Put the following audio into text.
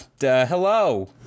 Hello